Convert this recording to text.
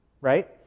right